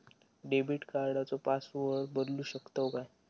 Debit कार्डचो password बदलु शकतव काय?